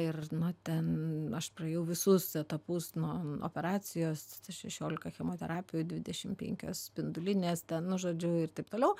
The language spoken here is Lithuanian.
ir na ten aš praėjau visus etapus nuo operacijos šešiolika chemoterapijų dvidešim penkios spindulinės ten nu žodžiu ir taip toliau